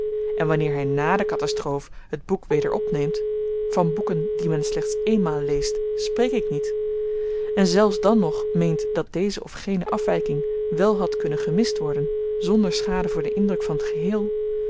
en wanneer hy nà de katastroof t boek weder opneemt van boeken die men slechts éénmaal leest spreek ik niet en zelfs dan nog meent dat deze of gene afwyking wel had kunnen gemist worden zonder schade voor den indruk van t geheel